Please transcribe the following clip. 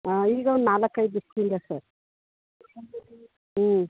ಆಂ ಈಗೊಂದು ನಾಲ್ಕೈದು ದಿವ್ಸ್ದಿಂದ ಸರ್ ಹ್ಞೂ